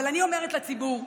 אבל אני אומרת לציבור: